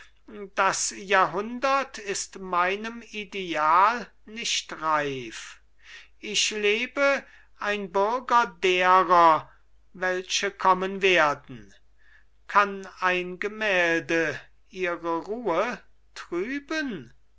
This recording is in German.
das jahrhundert ist meinem ideal nicht reif ich lebe ein bürger derer welche kommen werden kann ein gemälde ihre ruhe trüben